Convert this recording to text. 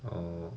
oh